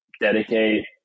dedicate